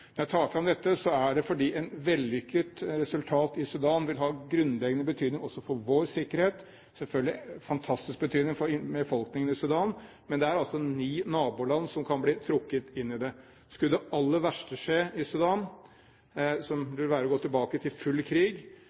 Når jeg tar fram dette, er det fordi et vellykket resultat i Sudan vil ha grunnleggende betydning også for vår sikkerhet. Selvfølgelig vil dette ha en fantastisk stor betydning for befolkningen i Sudan, men det er ni naboland som kan bli trukket inn i det. Skulle det aller verste skje i Sudan, som vil være å gå tilbake til full krig,